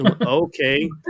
Okay